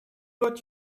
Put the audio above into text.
got